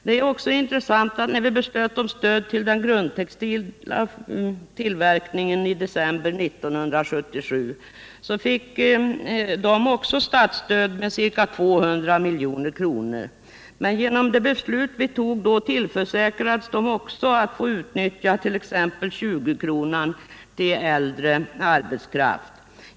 Det är också intressant att notera att när vi beslöt om stöd till den grundtextila tillverkningen i december 1977, fick den också statsstöd med ca 200 milj.kr. Men genom det beslut vi tog då tillförsäkrades den också rätten att utnyttja t.ex. 20-kronan till äldre arbetskraft.